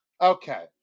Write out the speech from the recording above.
okay